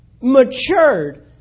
matured